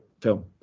film